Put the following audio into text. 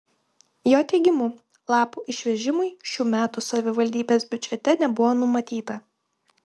jo teigimu lapų išvežimui šių metų savivaldybės biudžete nebuvo numatyta